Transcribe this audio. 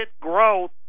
growth